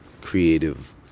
creative